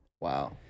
Wow